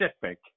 Pacific